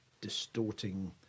distorting